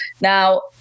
now